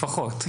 לפחות.